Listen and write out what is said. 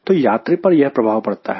तो यात्री पर यह प्रभाव पड़ता है